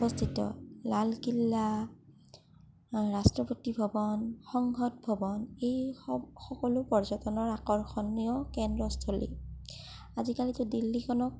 অৱস্থিত লালকিল্লা ৰাষ্ট্ৰপতি ভৱন সংসদ ভৱন এইসব সকলো পৰ্যটনৰ আকৰ্ষণীয় কেন্দ্ৰস্থলী আজিকালিতো দিল্লীখনক